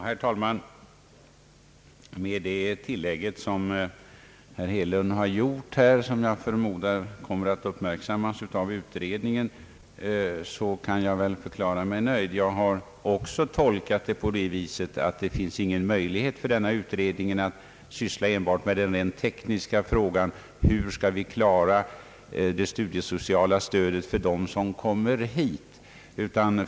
Herr talman! Med det tillägg, som herr Hedlund här har gjort och som jag förmodar kommer att uppmärksammas av den utredning det här gäller, kan jag förklara mig nöjd. Jag har också tolkat det hela på det sättet att det inte finns någon möjlighet för utredningen att syssla med enbart den tekniska frågan hur det studiesociala stödet skall ordnas för de utländska studerandena här i landet.